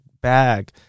bag